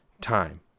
time